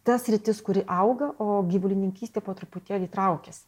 ta sritis kuri auga o gyvulininkystė po truputėlį traukias